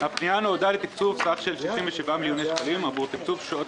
הפנייה נועדה לתקצוב סך של 67 מיליוני שקלים עבור תקצוב שעות